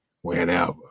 whenever